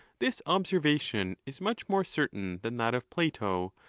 this observation is much more certain than that of plato,